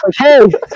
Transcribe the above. Okay